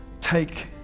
take